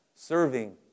Serving